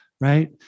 right